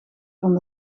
van